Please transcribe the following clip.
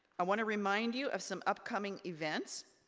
i wanna remind you of some upcoming events.